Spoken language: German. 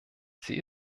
sie